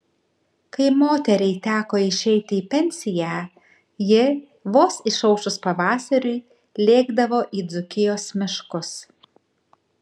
kai moteriai teko išeiti į pensiją ji vos išaušus pavasariui lėkdavo į dzūkijos miškus